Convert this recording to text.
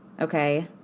okay